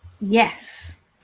Yes